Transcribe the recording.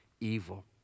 evil